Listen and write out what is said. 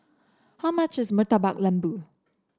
how much is Murtabak Lembu